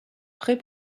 près